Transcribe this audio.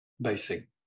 basic